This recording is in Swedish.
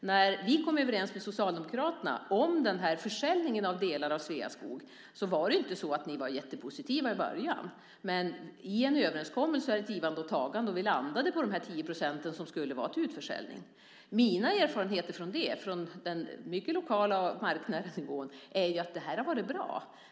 När vi kom överens med er socialdemokrater om försäljningen av delar av Sveaskog var ni inte jättepositiva i början. Men en överenskommelse är ett givande och tagande och gemensamt landade vi på att 10 % skulle säljas ut. Mina erfarenheter av det, på mycket lokal marknadsnivå, är att det har varit bra.